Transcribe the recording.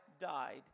died